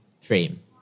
frame